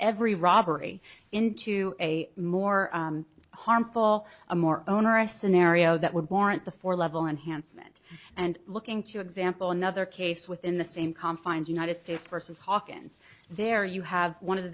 every robbery into a more harmful a more onerous scenario that would warrant the four level enhancement and looking to example another case within the same confines united states versus hawkins there you have one of the